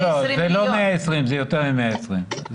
לא, זה יותר מ-120 מיליון.